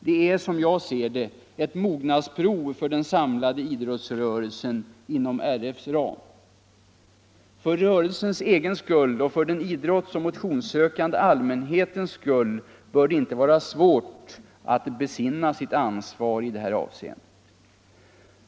Det är, som jag ser det, ett mognadsprov för den samlade idrottsrörelsen inom RF:s ram. För rörelsens egen skull och för den idrottsoch motionssökande allmänhetens skull bör det inte vara svårt att besinna sitt ansvar i det här avseendet.